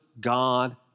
God